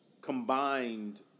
combined